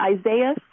Isaiah